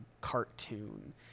cartoon